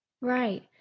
Right